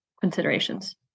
considerations